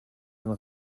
dein